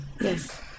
yes